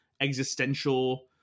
existential